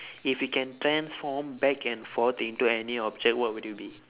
if you can transform back and forth into any object what would you be